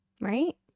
right